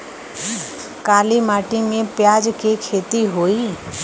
काली माटी में प्याज के खेती होई?